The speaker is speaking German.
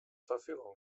verfügung